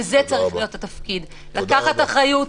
וזה צריך להיות התפקיד לקחת אחריות,